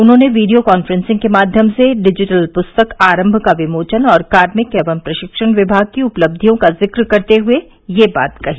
उन्हॉने video conferencing के माध्यम से डिजिटल पुस्तक आरम्म का विमोचन और कार्मिक एवं प्रशिक्षण विभाग की उपलब्धियों का जिक्र करते हुये यह बात कही